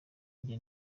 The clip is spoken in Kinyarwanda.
njye